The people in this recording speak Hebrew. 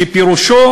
שפירושו: